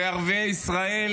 וערביי ישראל,